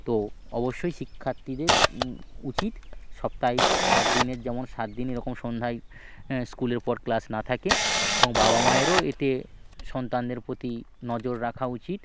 তো অবশ্যই শিক্ষার্থীদের উচিত সপ্তাহে সাত দিনের যেমন সাত দিন এরকম সন্ধ্যায় স্কুলের পর ক্লাস না থাকে এবং বাবা মায়েরও এতে সন্তানদের প্রতি নজর রাখা উচিত